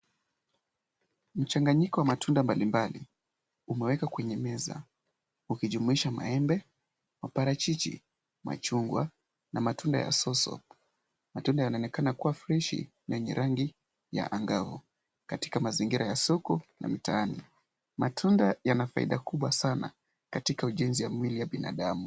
Mchanganyiko wa matunda mbalimbali umewekwa kwenye meza ukijumuisha maembe, maparachichi, machungwa na matunda ya soso. Matunda yanaonekana kuwa freshi na yenye rangi ya angavu katika mazingira na soko mtaani. Matunda yana faida kubwa sana katika ujenzi wa mwili wa binadamu.